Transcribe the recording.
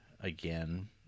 again